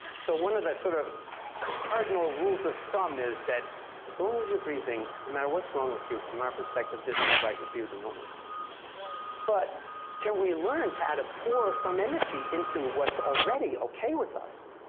so one of the sort of cardinal rules of thumb is that as long as you're breathing, no matter what's wrong with you, from our perspective, there's more right with you than wrong with you but can we learn how to pour some energy into what's already ok with us?